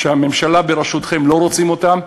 שהממשלה בראשותכם לא רוצה אותם,